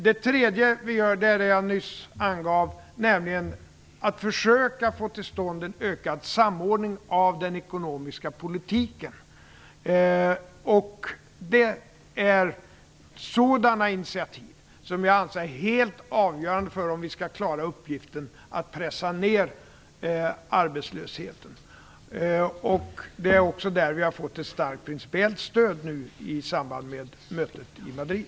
Den tredje är den åtgärd jag nyss angav, nämligen att vi försöker få till stånd en ökad samordning av den ekonomiska politiken. Det är sådana initiativ som jag anser är helt avgörande för om vi skall klara uppgiften att pressa ned arbetslösheten. Det är också på det området vi nu har fått ett starkt principiellt stöd i samband med mötet i Madrid.